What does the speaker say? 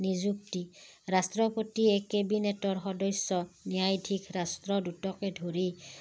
নিযুক্তি ৰাষ্ট্ৰপতিয়ে কেবিনেটৰ সদস্য ন্যায়ধিক ৰাষ্ট্ৰদ্ৰুতকে ধৰি